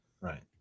Right